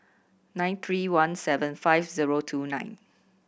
nine three one seven five zero two nine